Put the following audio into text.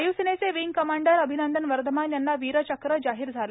वायुसेनेचे wing commander Abhinandan Varthaman यांना वीरचक्र जाहीर झालं आहे